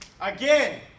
Again